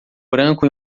branco